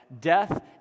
death